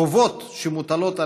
החובות שמוטלות עלינו,